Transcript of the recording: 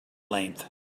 length